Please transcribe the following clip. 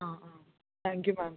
ആ ആ thank you ma'am